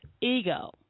Ego